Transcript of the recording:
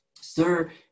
Sir